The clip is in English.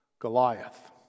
Goliath